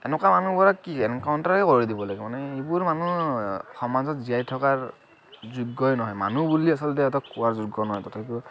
এনেকুৱা মানুহবোৰক কি এনকাউন্টাৰে কৰি দিব লাগে মানে এইবোৰ মানুহ সমাজত জীয়াই থকাৰ যোগ্যই নহয় মানুহ বুলি আচলতে ইহঁতক কোৱাৰ যোগ্য নহয় তথাপিও